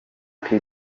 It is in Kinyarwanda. close